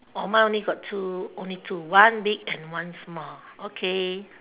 oh mine only got two only two one big and one small okay